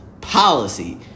policy